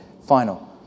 Final